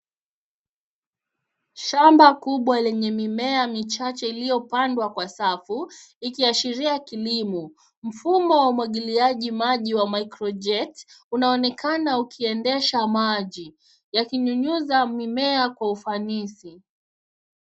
Shamba kubwa lenye mimea michache iliyopandwa kwa safu, ikiashiria kilimo. Mfumo wa umwagiliaji maji wa microjet , unaonekana ukiendesha maji, yakinyunyuza mimea kwa ufanisi.